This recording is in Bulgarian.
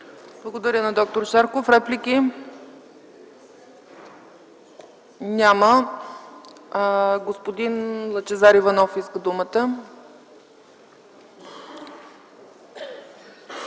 Благодаря на д-р Шарков. Реплики? Няма. Господин Лъчезар Иванов иска думата.